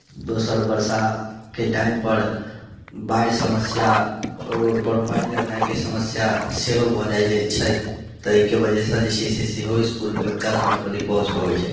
दोसर वर्षाके टाइमपर बाढ़ि समस्या रोडपर पानि लगनाइके समस्या सेहो भऽ जाइत अइ छथि ताहिके वजहसँ जे छै से सेहो इसकुल बच्चा समयपर नहि पहुँच पबैत छै